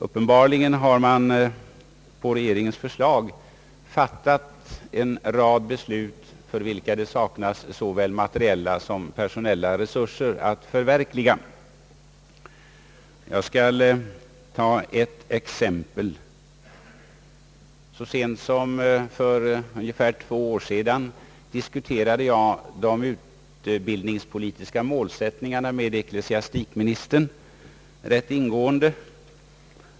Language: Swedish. Uppenbarligen har man på regeringens förslag fattat en rad beslut, som det saknas såväl materiella som personella resurser att förverkliga. Jag skall ta ett exempel. Så sent som för ungefär två år sedan diskuterade jag de utbildningspolitiska målsättningarna rätt ingående med ecklesiastikministern.